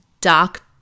dark